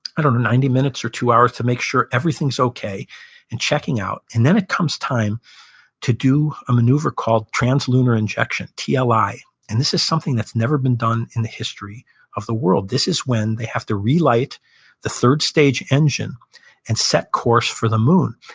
i don't know, ninety minutes or two hours, to make sure everything's okay and checking out. and then it comes time to do a maneuver called trans-lunar injection, tli. yeah and this is something that's never been done in the history of the world. this is when they have to re-light the third stage engine and set course for the moon.